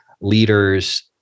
leaders